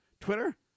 Twitter